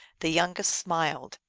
the youngest smiled.